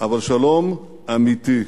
אבל שלום אמיתי.